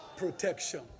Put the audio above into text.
protection